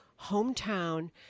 hometown